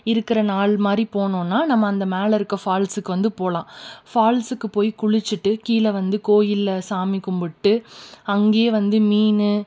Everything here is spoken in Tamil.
இருக்கிற நாள் மாதிரி போனோனால் நம்ம அந்த மேலே இருக்க ஃபால்ஸ்சுக்கு வந்து போகலாம் ஃபால்ஸ்ஸுக்கு போய் குளிச்சுட்டு கீழே வந்து கோயிலில் சாமி கும்பிட்டு அங்கேயே வந்து மீன்